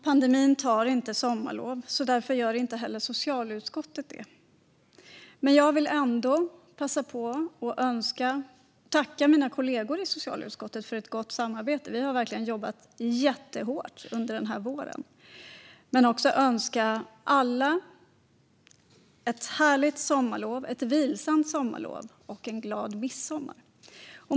Pandemin tar inte sommarlov, så därför gör inte heller socialutskottet det. Jag vill ändå passa på att tacka mina kollegor i utskottet för ett gott samarbete. Vi har verkligen jobbat jättehårt under denna vår. Jag vill önska alla ett härligt och vilsamt sommarlov och en glad midsommar.